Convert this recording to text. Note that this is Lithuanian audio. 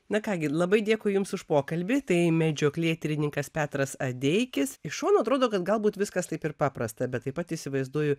na ką gi labai dėkui jums už pokalbį tai medžioklėtyrininkas petras adeikis iš šono atrodo kad galbūt viskas taip ir paprasta bet taip pat įsivaizduoju